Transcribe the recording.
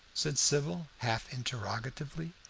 said sybil half interrogatively,